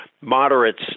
moderates